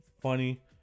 funny